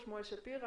שפירא,